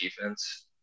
defense